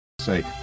say